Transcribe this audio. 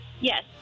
Yes